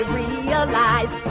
realize